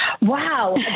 Wow